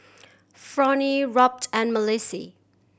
Fronie Robt and Malissie